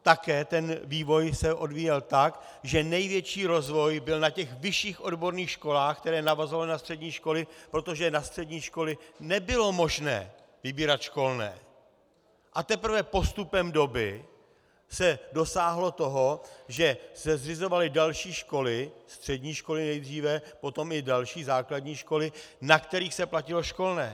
Také se ten vývoj odvíjel tak, že největší rozvoj byl na vyšších odborných školách, které navazovaly na střední školy, protože na střední školy nebylo možné vybírat školné, a teprve postupem doby se dosáhlo toho, že se zřizovaly další školy, střední školy nejdříve, potom i další, základní školy, na kterých se platilo školné.